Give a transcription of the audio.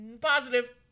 Positive